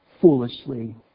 foolishly